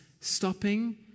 stopping